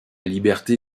liberté